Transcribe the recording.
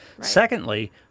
Secondly